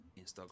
instagram